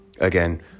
Again